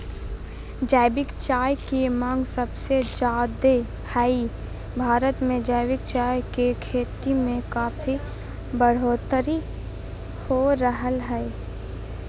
जैविक चाय के मांग सबसे ज्यादे हई, भारत मे जैविक चाय के खेती में काफी बढ़ोतरी हो रहल हई